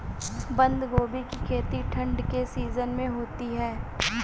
बंद गोभी की खेती ठंड के सीजन में होती है